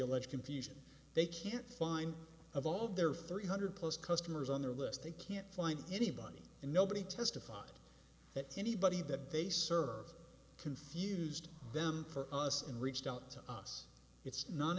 alleged confusion they can't find of all of their three hundred plus customers on their list they can't find anybody and nobody testified that anybody that they serve confused them for us and reached out to us it's non